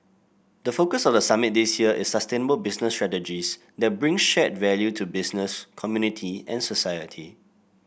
the focus of the summit this year is sustainable business strategies that bring shared value to business community and society